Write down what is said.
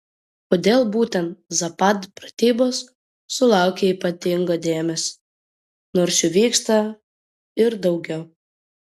kodėl būtent zapad pratybos sulaukia ypatingo dėmesio nors jų vyksta ir daugiau